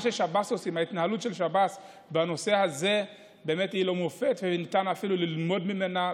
ההתנהלות של שב"ס בנושא הזה היא למופת וניתן אפילו ללמוד ממנה.